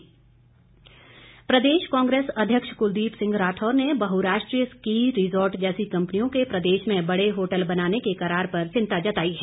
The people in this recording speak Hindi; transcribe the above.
राठौर प्रदेश कांग्रेस अध्यक्ष कुलदीप सिंह राठौर ने बहुराष्ट्रीय स्की रिजॉर्ट जैसी कंपनियों के प्रदेश में बड़े होटल बनाने के करार पर चिंता जताई है